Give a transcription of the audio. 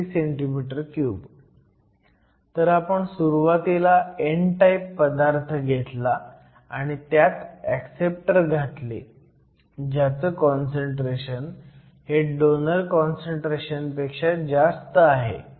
तर आपण सुरुवातीला n टाईप पदार्थ घेतला आणि त्यात ऍक्सेप्टर घातले ज्यांचं काँसंट्रेशन हे डोनर काँसंट्रेशन पेक्षा जास्त आहे